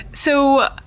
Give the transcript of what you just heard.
so,